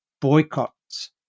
boycotts